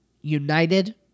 United